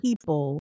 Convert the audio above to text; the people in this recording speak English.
people